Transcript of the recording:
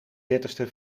dertigste